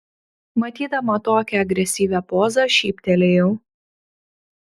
matydama tokią agresyvią pozą šyptelėjau